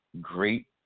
great